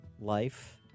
life